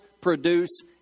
produce